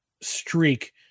streak